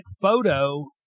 photo